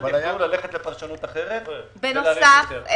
היו יכולים ללכת לפרשנות אחרת ולהאריך יוצר.